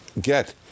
get